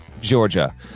Georgia